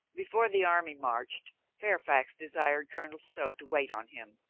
before the army marched, fairfax desired colonel stow to wait on him,